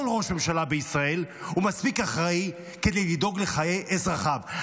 כל ראש ממשלה בישראל הוא מספיק אחראי כדי לדאוג לחיי אזרחיו,